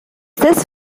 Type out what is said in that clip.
this